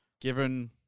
given